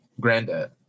Granddad